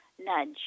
nudge